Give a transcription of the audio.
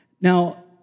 Now